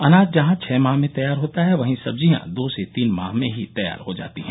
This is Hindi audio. अनाज जहां छः माह में तैयार होता है वहीं सब्जियां दो से तीन माह में ही तैयार हो जाती है